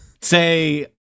Say